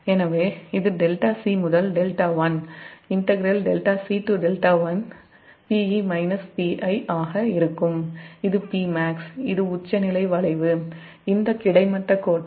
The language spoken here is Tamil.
எனவே இது 𝜹𝒄 முதல் 𝜹1 ஆ ஆக இருக்கும் இது Pmax இது உச்சநிலை வளைவு இந்த கிடைமட்ட கோட்டைக் கழித்தல்